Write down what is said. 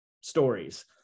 stories